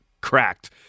cracked